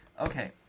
Okay